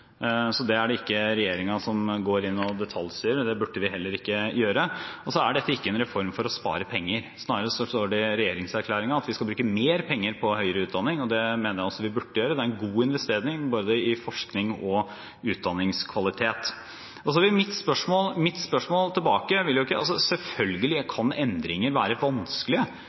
så det er det ikke regjeringen som går inn og detaljstyrer. Det burde vi heller ikke gjøre. Og så er dette ikke en reform for å spare penger, snarere står det i regjeringserklæringen at vi skal bruke mer penger på høyere utdanning. Det mener jeg også vi burde gjøre. Det er en god investering i både forskning og utdanningskvalitet. Selvfølgelig kan endringer være vanskelige, og